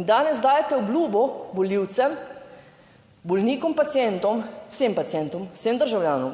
In danes dajete obljubo volivcem, bolnikom, pacientom, vsem pacientom, vsem državljanom,